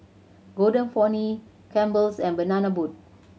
Golden Peony Campbell's and Banana Boat